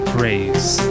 Praise